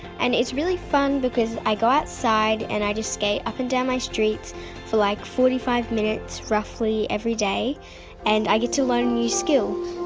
and it's really fun because i go outside and i just skate up and down my street for like forty five minutes roughly every day and i get to learn new skills.